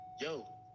yo